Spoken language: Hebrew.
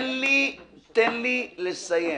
לסיים.